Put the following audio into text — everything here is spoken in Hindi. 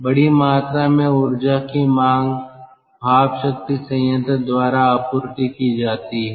बड़ी मात्रा में ऊर्जा की मांग भाप शक्ति संयंत्र द्वारा आपूर्ति की जाती है